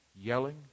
yelling